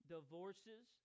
Divorces